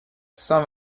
cent